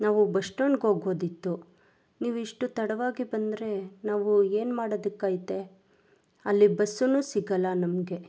ನಾವು ಬಸ್ ಸ್ಟ್ಯಾಂಡಿಗೆ ಹೋಗೋದಿತ್ತು ನೀವು ಇಷ್ಟು ತಡವಾಗಿ ಬಂದರೆ ನಾವು ಏನು ಮಾಡೊದಕ್ಕೆ ಐತೆ ಅಲ್ಲಿ ಬಸ್ಸೂ ಸಿಗಲ್ಲ ನಮಗೆ